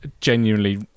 genuinely